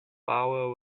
bauer